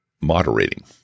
moderating